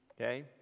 okay